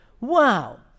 Wow